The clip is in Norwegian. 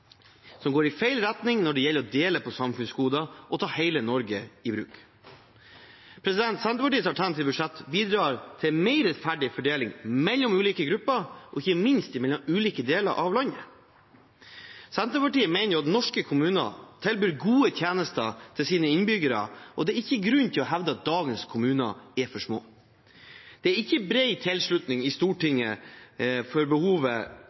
som går i feil retning når det gjelder å dele på samfunnsgoder og ta hele Norge i bruk. Senterpartiets alternative budsjett bidrar til mer rettferdig fordeling mellom ulike grupper og ikke minst mellom ulike deler av landet. Senterpartiet mener at norske kommuner tilbyr gode tjenester til sine innbyggere, og det er ikke grunn til å hevde at dagens kommuner er for små. Det er ikke bred tilslutning i Stortinget for behovet